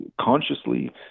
consciously